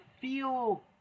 feel